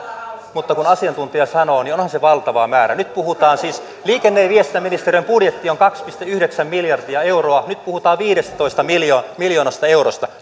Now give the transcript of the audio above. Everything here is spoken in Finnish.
mutta kun asiantuntija sanoo niin onhan se valtava määrä liikenne ja viestintäministeriön budjetti on kaksi pilkku yhdeksän miljardia euroa nyt puhutaan viidestätoista miljoonasta eurosta